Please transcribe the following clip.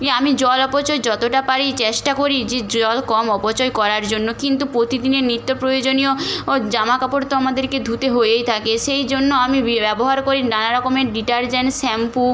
ইয়ে আমি জল অপচয় যতটা পারি চেষ্টা করি যে জল কম অপচয় করার জন্য কিন্তু প্রতি দিনের নিত্য প্রয়োজনীয় ও জামা কাপড় তো আমাদেরকে ধুতে হয়েই থাকে সেই জন্য আমি বি ব্যবহার করি নানা রকমের ডিটারজেন্ট শ্যাম্পু